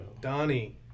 Donnie